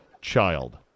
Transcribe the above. child